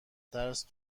ترس